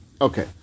Okay